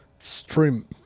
stream